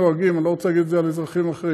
אני לא רוצה להגיד את זה על אזרחים אחרים,